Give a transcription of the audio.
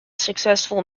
successful